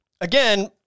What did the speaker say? again